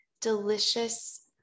delicious